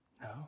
No